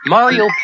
Mario